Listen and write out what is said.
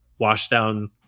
washdown